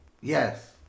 Yes